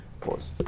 Pause